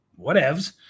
whatevs